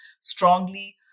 strongly